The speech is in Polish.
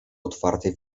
otwartej